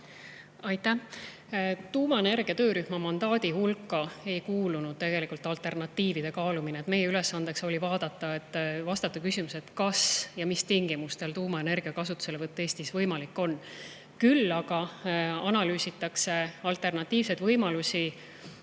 Aitäh! Tuumaenergia töörühma mandaadi hulka ei kuulunud alternatiivide kaalumine. Meie ülesanne oli vastata küsimusele, kas ja kui, siis mis tingimustel on tuumaenergia kasutuselevõtt Eestis võimalik. Küll aga analüüsitakse alternatiivseid võimalusi